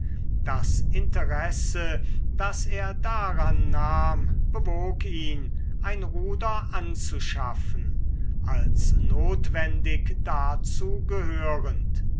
das interesse das er daran nahm bewog ihn ein ruder anzuschaffen als notwendig dazu gehörend